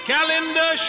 Calendar